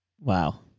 Wow